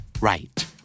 right